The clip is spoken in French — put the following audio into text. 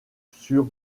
sur